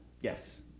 Yes